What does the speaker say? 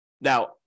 Now